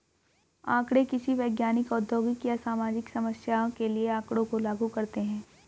आंकड़े किसी वैज्ञानिक, औद्योगिक या सामाजिक समस्या के लिए आँकड़ों को लागू करते है